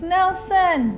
Nelson